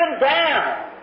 down